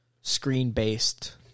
screen-based